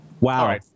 Wow